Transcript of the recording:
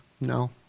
No